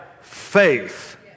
faith